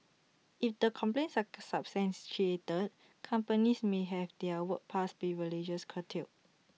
if the complaints are substantiated companies may have their work pass privileges curtailed